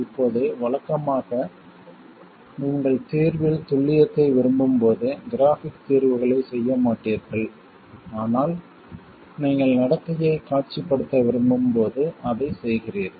இப்போது வழக்கமாக நீங்கள் தீர்வில் துல்லியத்தை விரும்பும் போது கிராஃப்பிக் தீர்வுகளைச் செய்ய மாட்டீர்கள் ஆனால் நீங்கள் நடத்தையை காட்சிப்படுத்த விரும்பும் போது அதைச் செய்கிறீர்கள்